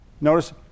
Notice